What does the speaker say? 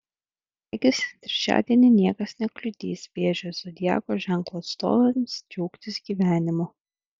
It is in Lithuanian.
regis trečiadienį niekas nekliudys vėžio zodiako ženklo atstovams džiaugtis gyvenimu